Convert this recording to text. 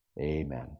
Amen